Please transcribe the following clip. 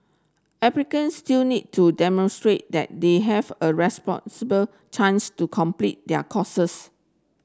applicants still need to demonstrate that they have a responsible chance to complete their courses